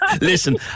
listen